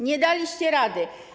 Nie daliście rady.